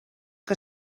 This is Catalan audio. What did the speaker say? que